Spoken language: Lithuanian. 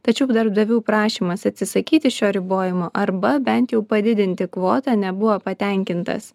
tačiau darbdavių prašymas atsisakyti šio ribojimo arba bent jau padidinti kvotą nebuvo patenkintas